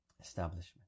establishment